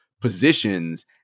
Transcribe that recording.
positions